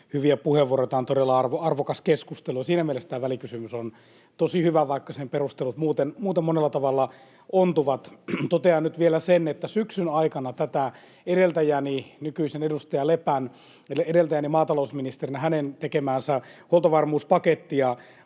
hyviä puheenvuoroja. Tämä on todella arvokas keskustelu, ja siinä mielessä tämä välikysymys on tosi hyvä, vaikka sen perustelut muuten monella tavalla ontuvat. Totean nyt vielä sen, että tätä edeltäjäni, nykyisen edustaja Lepän maatalousministerinä tekemää huoltovarmuuspakettia